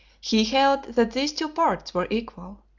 he held that these two parts were equal.